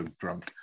drunk